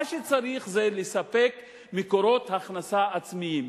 מה שצריך זה לספק מקורות הכנסה עצמיים.